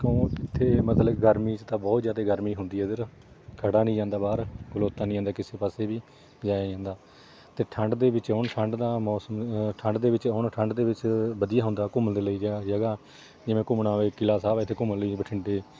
ਕਿਉਂ ਇੱਥੇ ਮਤਲਬ ਗਰਮੀ 'ਚ ਤਾਂ ਬਹੁਤ ਜ਼ਿਆਦਾ ਗਰਮੀ ਹੁੰਦੀ ਇੱਧਰ ਖੜ੍ਹਿਆ ਨਹੀਂ ਜਾਂਦਾ ਬਾਹਰ ਖਲੋਤਾ ਨਹੀਂ ਜਾਂਦਾ ਕਿਸੇ ਪਾਸੇ ਵੀ ਜਾਇਆ ਨਹੀਂ ਜਾਂਦਾ ਅਤੇ ਠੰਡ ਦੇ ਵਿੱਚ ਆਉਣ ਠੰਡ ਦਾ ਮੌਸਮ ਠੰਡ ਦੇ ਵਿੱਚ ਆਉਣ ਠੰਡ ਦੇ ਵਿੱਚ ਵਧੀਆ ਹੁੰਦਾ ਘੁੰਮਣ ਦੇ ਲਈ ਜਾਂ ਜਗ੍ਹਾ ਜਿਵੇਂ ਘੁੰਮਣਾ ਹੋਵੇ ਕਿਲ੍ਹਾ ਸਾਹਿਬ ਹੈ ਇੱਥੇ ਘੁੰਮਣ ਲਈ ਬਠਿੰਡੇ